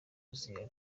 kuziga